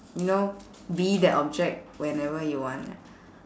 you know be that object whenever you want